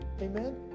Amen